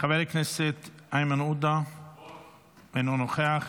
חבר הכנסת איימן עודה אינו נוכח.